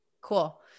Cool